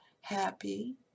happy